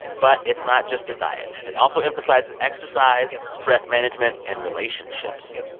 but it's not just a diet. it also emphasizes exercise, stress management and relationships.